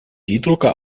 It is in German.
drucker